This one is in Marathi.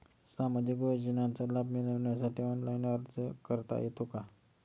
सामाजिक योजनांचा लाभ मिळवण्यासाठी ऑनलाइन अर्ज करता येतो का?